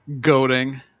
goading